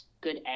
good